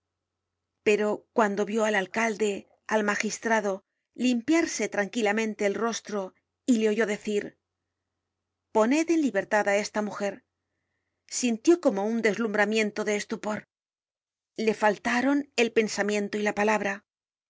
pero cuando vió al alcalde al magistrado limpiarse tranquilamente el rostro y le oyó decir poned en libertad á esta mujer sintió como un deslumbramiento de estupor le faltaron el pensamiento y la palabra